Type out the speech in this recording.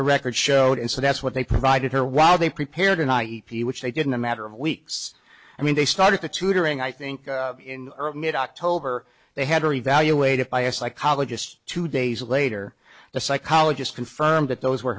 the record showed and so that's what they provided her while they prepared and i e p which they did in a matter of weeks i mean they started to tutoring i think in mid october they had her evaluated by a psychologist two days later the psychologist confirmed that those were